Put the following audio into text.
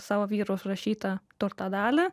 savo vyro užrašytą turto dalį